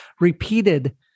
repeated